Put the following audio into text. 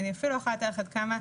אני אפילו לא יכולה לתאר לך עד כמה,